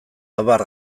abar